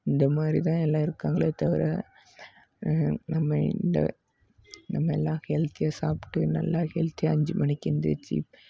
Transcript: இந்தமாதிரி தான் எல்லாம் இருக்காங்களே தவிர நம்ம இந்த நம்ம எல்லாம் ஹெல்த்தியாக சாப்பிட்டு நல்லா ஹெல்த்தியாக அஞ்சு மணிக்கு எழுந்திரிச்சி